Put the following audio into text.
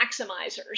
maximizers